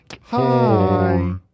Hi